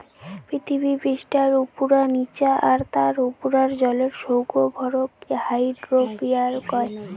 পিথীবি পিষ্ঠার উপুরা, নিচা আর তার উপুরার জলের সৌগ ভরক হাইড্রোস্ফিয়ার কয়